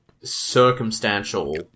circumstantial